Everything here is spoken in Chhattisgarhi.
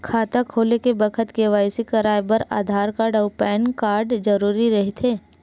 खाता खोले के बखत के.वाइ.सी कराये बर आधार कार्ड अउ पैन कार्ड जरुरी रहिथे